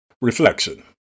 Reflection